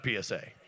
PSA